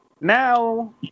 Now